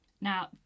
now